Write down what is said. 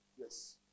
Yes